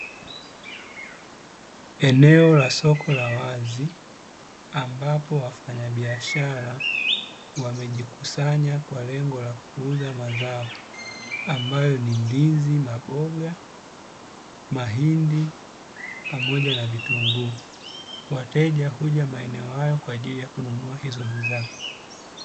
Eneo la soko la wazi ambapo wafanyabiashara, wamejikusanya kwa lengo la kuuza mazao, ambayo ni ndizi, maboga, mahindi, pamoja na vitunguu; wateja huja maeneo hayo kwa ajili ya kununua hizo bidhaa.